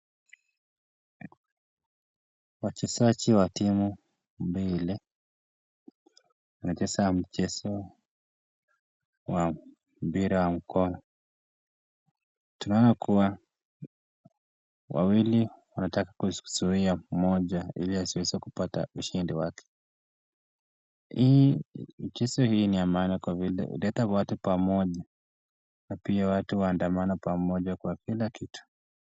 Wachezaji wa timu mbili wanacheza mchezo wa mpira wa mkono. Tunaona kuwa wawili wanataka kuzuia mmoja ili asiweze kupata ushindi wake. Hii michezo hii ni ya maana kwa vile huleta watu pamoja na pia watu huandamana pamoja kwa kila kitu.